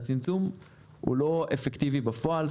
אבל הוא לא אפקטיבי בפועל.